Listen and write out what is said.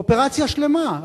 אופרציה שלמה.